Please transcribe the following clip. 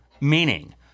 meaning